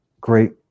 great